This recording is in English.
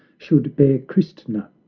should bear christna,